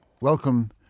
Welcome